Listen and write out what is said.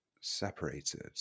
separated